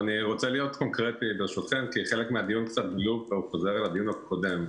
אני רוצה להיות קונקרטי כי חלק מהדיון חוזר על הדיון הקודם.